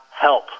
help